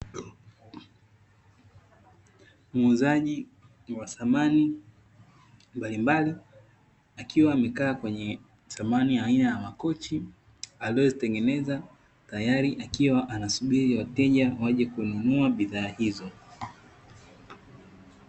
Muuzaji wa samani akiwa amekaa kwenye samani ya aina ya makochi alizozitengeneza, tayari akiwa anasubiri wateja waweze kununua bidhaa hizo.